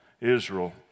Israel